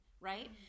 right